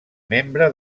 membre